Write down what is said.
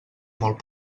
molt